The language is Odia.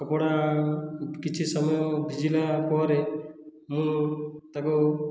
କପଡ଼ା କିଛି ସମୟ ଭିଜିଲା ପରେ ମୁଁ ତାକୁ